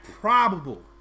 probable